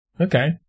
Okay